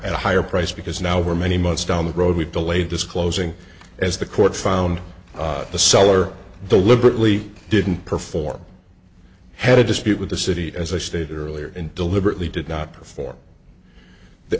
at a higher price because now were many months down the road we delayed disclosing as the court found the seller the liberally didn't perform had a dispute with the city as i stated earlier and deliberately did not perform the